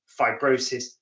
fibrosis